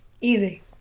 Easy